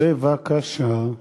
בבקשה.